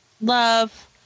love